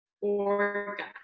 organ